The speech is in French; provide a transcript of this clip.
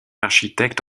architecte